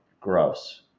gross